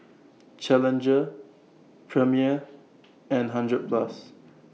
Challenger Premier and hundred Plus